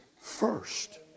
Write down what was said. first